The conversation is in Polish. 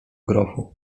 grochu